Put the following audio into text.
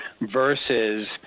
versus